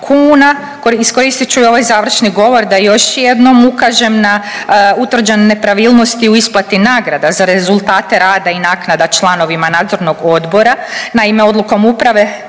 kuna. Iskoristit ću i ovaj završni govor da još jednom ukažem na utvrđene nepravilnosti u isplati nagrada za rezultate rada i naknada članovima nadzornog odbora. Naime, odlukom uprave